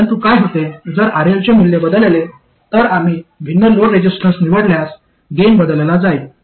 परंतु काय होते जर RL चे मूल्य बदलले तर आम्ही भिन्न लोड रेसिस्टन्स निवडल्यास गेन बदलला जाईल